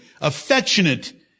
affectionate